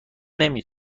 نمی